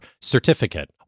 certificate